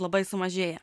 labai sumažėja